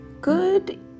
Good